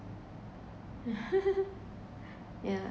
yeah